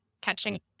catching